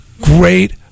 great